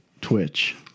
twitch